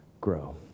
grow